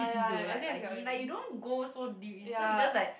do like liking like you don't go so deep in so you just like